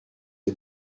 est